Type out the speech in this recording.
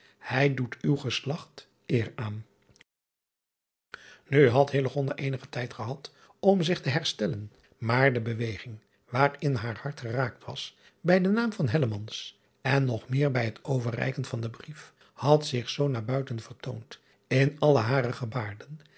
hij doet uw geslacht eer aan driaan oosjes zn et leven van illegonda uisman u had eenigen tijd gehad om zich te herstellen maar de beweging waarin haar hart geraakt was bij den naam van en nog meer bij het overreiken van den brief had zich zoo naar buiten vertoond in alle hare gebaarden